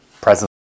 present